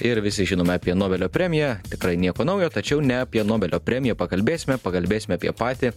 ir visi žinome apie nobelio premiją tikrai nieko naujo tačiau ne apie nobelio premiją pakalbėsime pakalbėsime apie patį